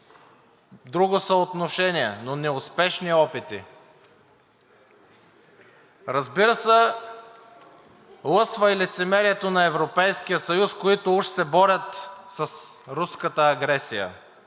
друго съотношение, но неуспешни опити. Разбира се, лъсва и лицемерието на Европейския съюз, които уж се борят с руската агресия.